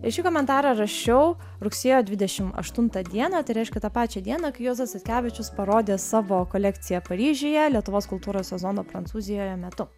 ir šį komentarą rašiau rugsėjo dvidešimt aštuntą dieną tai reiškia tą pačią dieną kai juozas statkevičius parodė savo kolekciją paryžiuje lietuvos kultūros sezono prancūzijoje metu